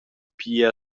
pia